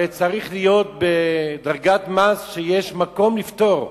הרי הם צריכים להיות בדרגת מס שיש מקום לפטור,